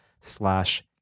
slash